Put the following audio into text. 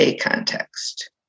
context